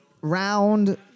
round